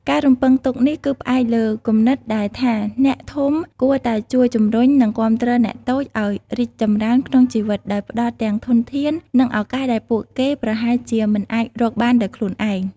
ការរំពឹងទុកនេះគឺផ្អែកលើគំនិតដែលថាអ្នកធំគួរតែជួយជំរុញ និងគាំទ្រអ្នកតូចឱ្យរីកចម្រើនក្នុងជីវិត ដោយផ្ដល់ទាំងធនធាន និងឱកាសដែលពួកគេប្រហែលជាមិនអាចរកបានដោយខ្លួនឯង។